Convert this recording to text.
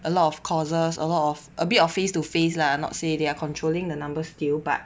a lot of causes a lot of a bit of face to face lah not say they're controlling the number still but